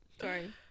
Sorry